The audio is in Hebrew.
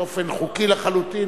באופן חוקי לחלוטין,